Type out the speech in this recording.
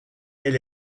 elle